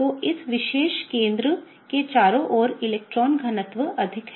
तो इस विशेष केंद्र के चारों ओर इलेक्ट्रॉन घनत्व बहुत अधिक है